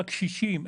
הקשישים,